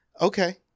Okay